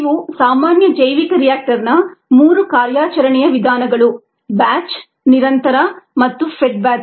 ಇವು ಸಾಮಾನ್ಯ ಜೈವಿಕ ರಿಯಾಕ್ಟರ್ನ 3 ಕಾರ್ಯಾಚರಣೆಯ ವಿಧಾನಗಳು ಬ್ಯಾಚ್ ನಿರಂತರ ಮತ್ತು ಫೆಡ್ ಬ್ಯಾಚ್